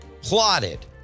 plotted